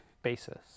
basis